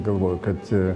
galvoju kad